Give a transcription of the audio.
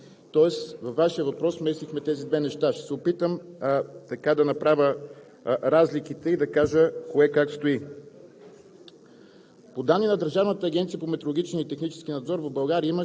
което трябва да изпълни съответни ремонти. Тоест във Вашия въпрос смесихте тези две неща. Ще се опитам да направя разликите и да кажа кое как стои.